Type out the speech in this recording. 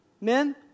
Men